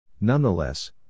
Nonetheless